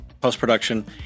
post-production